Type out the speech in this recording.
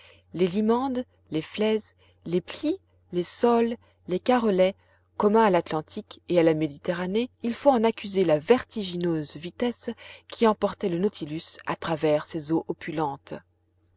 les limandes les flez les plies les soles les carrelets communs à l'atlantique et à la méditerranée il faut en accuser la vertigineuse vitesse qui emportait le nautilus à travers ces eaux opulentes